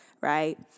right